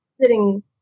sitting